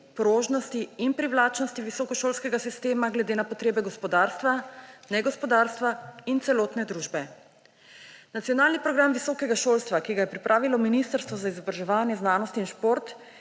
prožnosti in privlačnosti visokošolskega sistema glede na potrebe gospodarstva, negospodarstva in celotne družbe. Nacionalni program visokega šolstva, ki ga je pripravilo Ministrstvo za izobraževanje, znanost in šport,